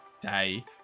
day